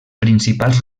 principals